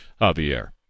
Javier